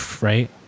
right